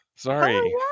Sorry